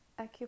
acupuncture